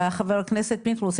חבר הכנסת פינדרוס,